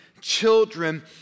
children